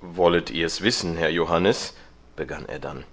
wollet ihr's wissen herr johannes begann er dann